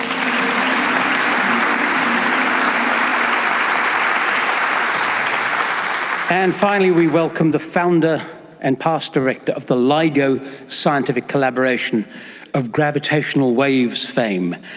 um and finally we welcome the founder and past director of the ligo scientific collaboration of gravitational waves fame.